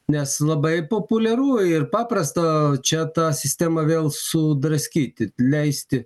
nes labai populiaru ir paprasta čia tą sistemą vėl sudraskyti leisti